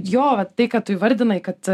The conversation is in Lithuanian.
jo tai kad tu įvardinai kad